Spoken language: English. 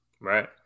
Right